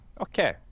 Okay